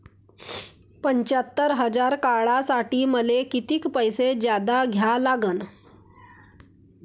पंच्यात्तर हजार काढासाठी मले कितीक पैसे जादा द्या लागन?